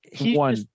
One